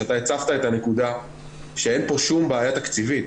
שאתה הצפת את הנקודה שאין פה שום בעיה תקציבית